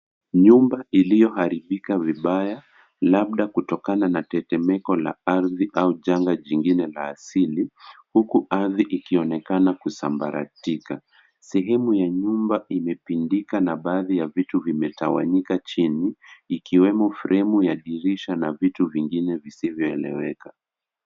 Nyumba iliyoharibika vibaya, labda kutokana na tetemeko la ardhi au janga jingine la asili huku ardhi ikionekana kusambaratika. Sehemu ya nyumba imepindika na baadhi ya vitu vimetawanyika chini ikiwemo fremu ya chuma na vitu vingine visivyoeleweka.